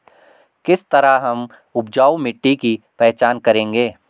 किस तरह हम उपजाऊ मिट्टी की पहचान करेंगे?